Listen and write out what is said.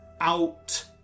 out